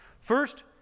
first